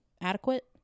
adequate